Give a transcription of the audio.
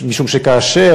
משום שכאשר,